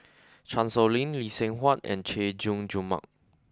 Chan Sow Lin Lee Seng Huat and Chay Jung Jun Mark